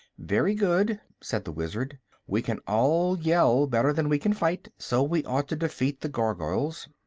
very good, said the wizard we can all yell better than we can fight, so we ought to defeat the gargoyles.